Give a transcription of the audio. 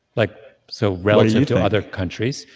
like so relative to other countries